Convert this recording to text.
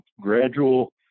gradual